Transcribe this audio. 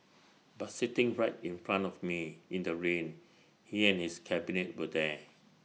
but sitting right in front of me in the rain he and his cabinet were there